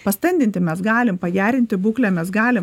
pastandinti mes galim pagerinti būklę mes galim